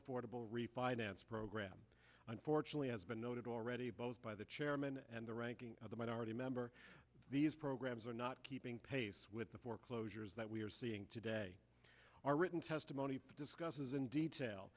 affordable refinance program unfortunately has been noted already both by the chairman and the ranking of the minority member these programs are not keeping pace the foreclosures that we're seeing today are written testimony that discusses in detail